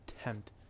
attempt